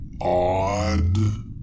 odd